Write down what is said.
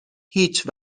هیچ